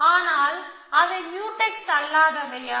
ஆனால் அவை முயூடெக்ஸ் அல்லாதவையா